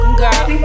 girl